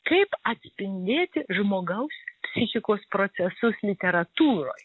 kaip atspindėti žmogaus psichikos procesus literatūroj